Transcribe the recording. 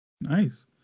Nice